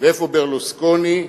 ואיפה ברלוסקוני?